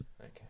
Okay